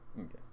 Okay